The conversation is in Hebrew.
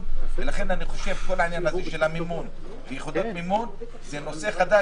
לכן אני חושב שכל עניין המימון ויחידות המימון הוא נושא חדש,